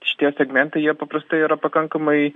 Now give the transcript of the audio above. šitie segmentai jie paprastai yra pakankamai